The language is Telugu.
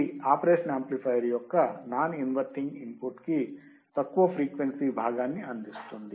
ఇది ఆపరేషన్ యాంప్లిఫయర్ యొక్క నాన్ ఇన్వర్టింగ్ ఇన్పుట్ కి తక్కువ ఫ్రీక్వెన్సీ భాగాన్ని అందిస్తుంది